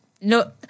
No